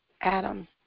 Adam